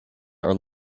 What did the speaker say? are